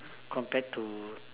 compared to